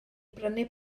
brynu